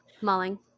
mulling